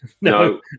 no